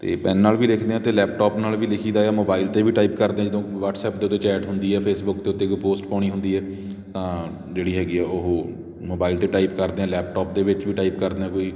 ਅਤੇ ਪੈੱਨ ਨਾਲ਼ ਵੀ ਲਿਖਦੇ ਹਾਂ ਅਤੇ ਲੈਪਟੋਪ ਨਾਲ਼ ਵੀ ਲਿਖੀ ਦਾ ਆ ਮੋਬਾਈਲ 'ਤੇ ਵੀ ਟਾਈਪ ਕਰਦੇ ਜਦੋਂ ਵਟਸਐਪ ਦੇ 'ਤੇ ਚੈਟ ਹੁੰਦੀ ਆ ਫੇਸਬੁੱਕ ਦੇ ਉੱਤੇ ਕੋਈ ਪੋਸਟ ਪਾਉਣੀ ਹੁੰਦੀ ਹੈ ਤਾਂ ਜਿਹੜੀ ਹੈਗੀ ਆ ਉਹ ਮੋਬਾਈਲ 'ਤੇ ਟਾਈਪ ਕਰਦੇ ਆ ਲੈਪਟੋਪ ਦੇ ਵਿੱਚ ਵੀ ਟਾਈਪ ਕਰਦੇ ਹਾਂ ਕੋਈ